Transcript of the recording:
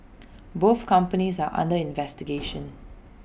both companies are under investigation